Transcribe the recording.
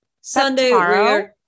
Sunday